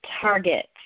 target